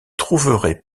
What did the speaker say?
trouverait